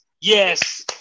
yes